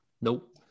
Nope